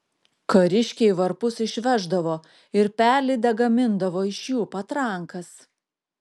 kariškiai varpus išveždavo ir perlydę gamindavo iš jų patrankas